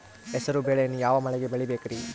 ಹೆಸರುಬೇಳೆಯನ್ನು ಯಾವ ಮಳೆಗೆ ಬೆಳಿಬೇಕ್ರಿ?